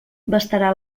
bastarà